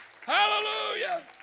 Hallelujah